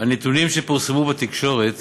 הנתונים שפורסמו בתקשורת